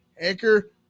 anchor